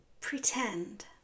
pretend